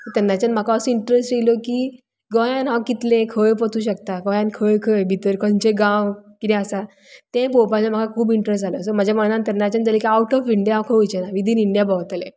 तेन्नाच्यान म्हाका ओसो इंट्रस येयली की गोंयांत हांव कितलें खंय वचूं शकता गोंयान खंय खंय भितर खंयचे गांव कितें आसा ते पळोवपाचें म्हाका खूब इंट्रस जालो सो म्हाज्या मनान तेन्नाच्यान जालें की आवट ऑफ इंडिया हांव खंय वयचेंना विदीन इंडिया भोंवतलें